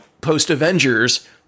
post-Avengers